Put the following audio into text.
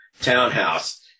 townhouse